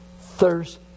thirst